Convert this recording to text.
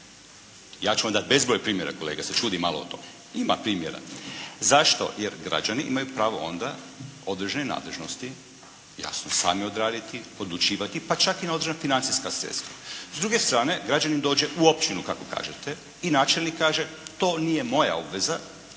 ja ću vam dati bezbroj primjera kolega, jer se čudi malo o tom. Ima primjera. Zašto? Jer građani imaju pravo onda određene nadležnosti jasno sami odraditi, odlučivati, pa čak i na određena financijska sredstva. S druge strane građanin dođe u općinu kako kažete i načelnik kaže to nije moja obveza.